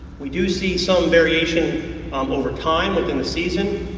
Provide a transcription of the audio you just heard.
we do see some variation um over time within the season.